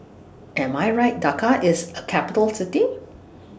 Am I Right Dhaka IS A Capital City